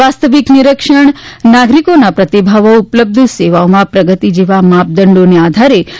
વાસ્તવિક નીરીક્ષણ નાગરીકોના પ્રતિભાવો ઉપલબ્ધ સેવાઓમાં પ્રગતિ જેવા માપદંડોને આધારે ગામડાઓનું તા